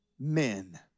men